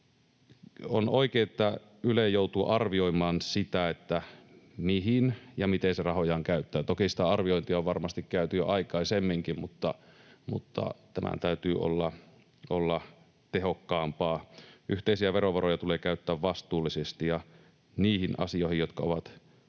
On oikein, että Yle joutuu arvioimaan sitä, mihin ja miten se rahojaan käyttää. Toki sitä arviointia on varmasti tehty jo aikaisemminkin, mutta tämän täytyy olla tehokkaampaa. Yhteisiä verovaroja tulee käyttää vastuullisesti ja niihin asioihin, jotka ovat olennaisia.